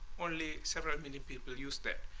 only several million people use them.